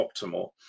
optimal